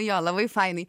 jo labai fainai